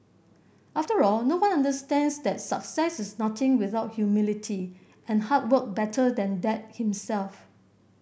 after all no one understands that success is nothing without humility and hard work better than Dad himself